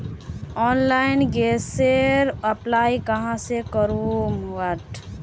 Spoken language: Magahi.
ऑनलाइन गैसेर अप्लाई कहाँ से करूम?